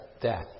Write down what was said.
death